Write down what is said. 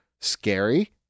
scary